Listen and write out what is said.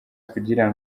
kugira